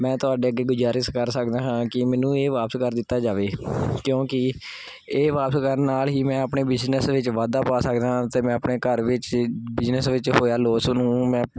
ਮੈਂ ਤੁਹਾਡੇ ਅੱਗੇ ਗੁਜ਼ਾਰਿਸ਼ ਕਰ ਸਕਦਾ ਹਾਂ ਕਿ ਮੈਨੂੰ ਇਹ ਵਾਪਸ ਕਰ ਦਿੱਤਾ ਜਾਵੇ ਕਿਉਂਕਿ ਇਹ ਵਾਪਸ ਕਰਨ ਨਾਲ ਹੀ ਮੈਂ ਆਪਣੇ ਬਿਜਨਸ ਵਿੱਚ ਵਾਧਾ ਪਾ ਸਕਦਾ ਅਤੇ ਮੈਂ ਆਪਣੇ ਘਰ ਵਿੱਚ ਬਿਜਨਸ ਵਿੱਚ ਹੋਇਆ ਲੋਸ ਨੂੰ ਮੈਂ